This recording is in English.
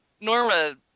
Norma